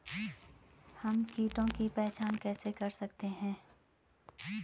हम कीटों की पहचान कैसे कर सकते हैं?